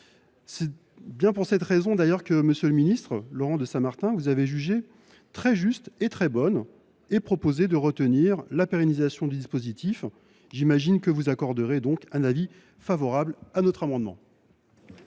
C’est bien pour cette raison d’ailleurs que, monsieur le ministre, vous même avez jugé très juste et très bonne la proposition de retenir une telle pérennisation du dispositif. J’imagine que vous accorderez donc un avis favorable sur notre amendement.